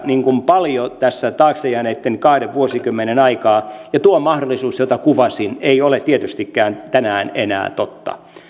paljon tässä taakse jääneitten kahden vuosikymmenen aikana ja tuo mahdollisuus jota kuvasin ei ole tietystikään tänään enää totta